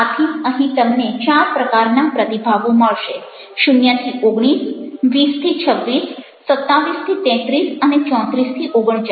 આથી અહીં તમને ચાર પ્રકારના પ્રતિભાવો મળશે 0 19 20 26 27 33 અને 34 39